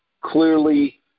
clearly